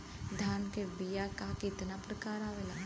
धान क बीया क कितना प्रकार आवेला?